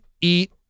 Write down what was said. eat